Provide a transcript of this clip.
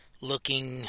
looking